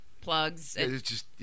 plugs